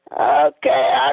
Okay